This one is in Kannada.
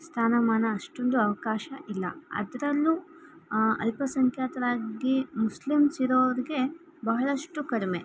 ಸ್ಥಾನಮಾನ ಅಷ್ಟೊಂದು ಅವಕಾಶ ಇಲ್ಲ ಅದರಲ್ಲೂ ಅಲ್ಪಸಂಖ್ಯಾತರಾಗಿ ಮುಸ್ಲಿಮ್ಸ್ ಇರೋದಕ್ಕೆ ಬಹಳಷ್ಟು ಕಡಿಮೆ